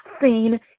seen